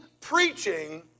preaching